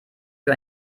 für